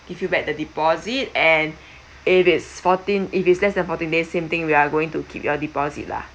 if you make the deposit and it is fourteen if it's less than fourteen days same thing we are going to keep your deposit lah